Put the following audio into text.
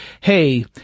Hey